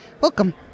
Welcome